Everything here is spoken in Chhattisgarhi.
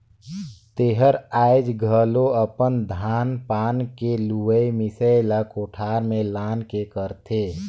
तेहर आयाज घलो अपन धान पान के लुवई मिसई ला कोठार में लान के करथे